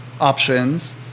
options